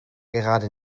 gerade